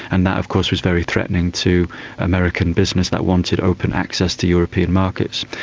and that of course was very threatening to american business that wanted open access to european markets.